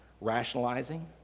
rationalizing